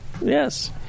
Yes